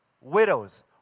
widows